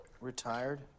retired